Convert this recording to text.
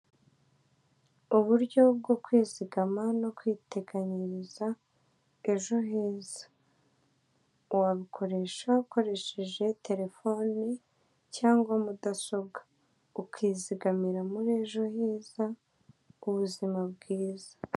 Uburyo bwo kwizigama no kwiteganyiriza ejo heza. Wabukoresha ukoresheje telefone cyangwa mudasobwa, ukizigamira muri ejo heza k'ubuzima bwiza.